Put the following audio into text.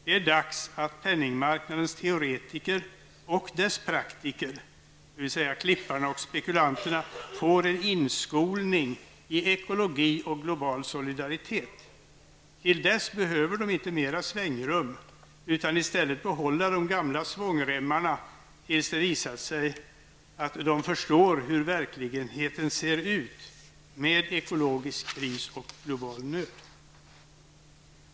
Det är dags att penningmarknadens teoretiker och dess praktiker, dvs. klipparna och spekulanterna, får en inskolning i ekologi och global solidaritet. Till dess behöver de inte mera svängrum, utan i stället de gamla svångremmarna tills de har visat sig förstå hur verkligheten ser ut med ekologisk kris och global nöd.